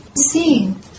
seeing